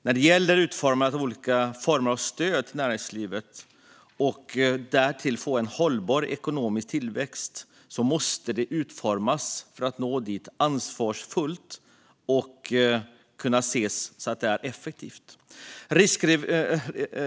När det gäller olika former av stöd till näringslivet för att vi ska få en hållbar ekonomisk tillväxt är det viktigt att de utformas ansvarsfullt och effektivt.